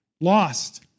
lost